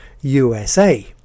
USA